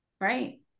Right